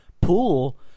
pool